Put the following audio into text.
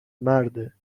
مرده